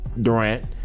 Durant